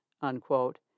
unquote